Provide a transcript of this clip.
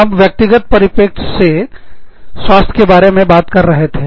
हम व्यक्तिगत परिप्रेक्ष्य individuals perspective से स्वास्थ्य के बारे में बात कर रहे थे